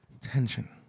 Tension